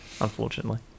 unfortunately